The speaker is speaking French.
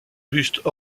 buste